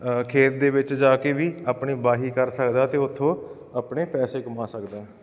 ਖੇਤ ਦੇ ਵਿੱਚ ਜਾ ਕੇ ਵੀ ਆਪਣੀ ਵਾਹੀ ਕਰ ਸਕਦਾ ਅਤੇ ਉੱਥੋਂ ਆਪਣੇ ਪੈਸੇ ਕਮਾ ਸਕਦਾ